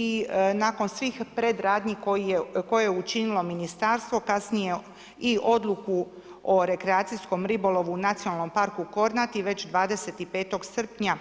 I nakon svih predradnji koje je učinilo ministarstvo kasnije i Odluku o rekreacijskom ribolovu u Nacionalnom parku Kornati već 25. srpnja